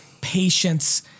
patience